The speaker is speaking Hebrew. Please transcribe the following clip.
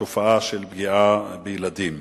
התופעה של פגיעה בילדים.